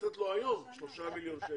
לתת לו היום שלושה מיליון שקל.